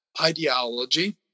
ideology